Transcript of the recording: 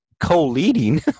co-leading